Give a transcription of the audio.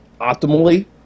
optimally